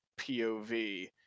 POV